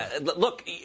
Look